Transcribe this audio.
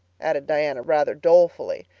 added diana rather dolefully,